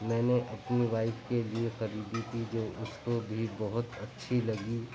میں نے اپنے وائف کے لیے خریدی تھی جو اُس کو بھی بہت اچھی لگی